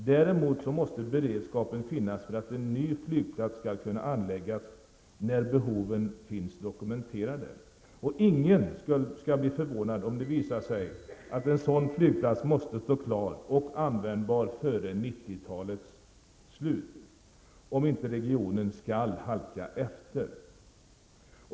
Däremot måste beredskapen finnas för att en ny flygplats skall kunna anläggas när behov finns dokumenterade. Ingen skall bli förvånad om det visar sig att en sådan flygplats måste stå klar och användbar före 90-talets slut om inte regionen skall halka efter.